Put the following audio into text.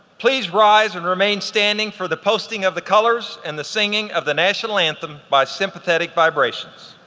please rise and remain standing for the posting of the colors and the singing of the national anthem by sympathetic vibrations.